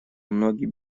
многие